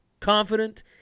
confident